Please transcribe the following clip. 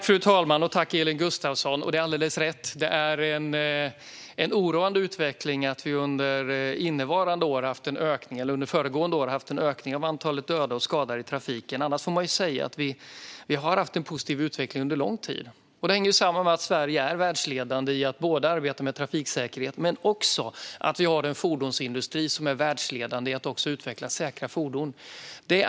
Fru talman! Tack, Elin Gustafsson, för frågan! Det är alldeles rätt att det är en oroande utveckling att vi under föregående år har haft en ökning av antalet dödade och skadade i trafiken - annars får man säga att vi har haft en positiv utveckling under lång tid. Det hänger samman med att Sverige är världsledande i att arbeta med trafiksäkerhet men också med att vi har en fordonsindustri som är världsledande i att utveckla säkra fordon.